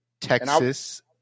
Texas